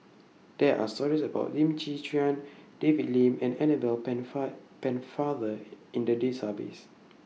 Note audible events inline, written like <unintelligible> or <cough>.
There Are stories about Lim Chwee Chian David Lim and Annabel <unintelligible> Pennefather in The Database